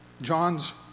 John's